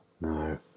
no